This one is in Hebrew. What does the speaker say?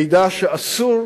מידע שאסור